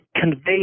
convey